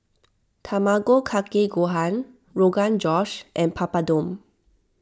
Tamago Kake Gohan Rogan Josh and Papadum